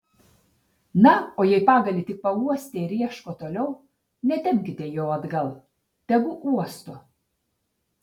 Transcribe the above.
na o jei pagalį tik pauostė ir ieško toliau netempkite jo atgal tegu uosto